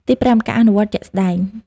ទីប្រាំ ការអនុវត្តជាក់ស្តែង។